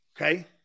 Okay